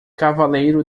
cavaleiro